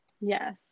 Yes